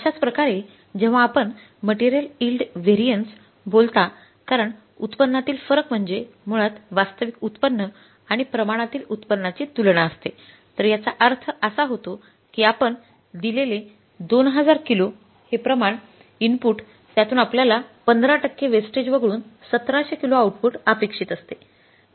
अश्याच प्रकारे जेव्हा आपण मटेरियल इल्ड व्हॅरियन्स बोलता कारण उत्पन्नातील फरक म्हणजे मुळात वास्तविक उत्पन्न आणि प्रमाणातील उत्पन्नाची तुलना असतेतर याचा अर्थ असा होतो की आपण दिलेले २००० किलो हे प्रमाण इनपुट त्यातून आपल्याला १५ टक्के वेस्टेज वगळून १७०० किलो आउटपुट अपेक्षित असते